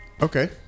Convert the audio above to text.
Okay